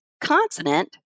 consonant